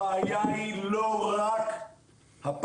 הבעיה היא לא רק הפרנסה,